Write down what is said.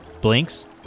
Blinks